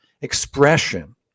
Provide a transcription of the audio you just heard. expression